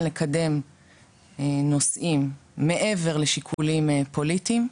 לקדם נושאים מעבר לשיקולים פוליטיים.